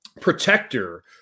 protector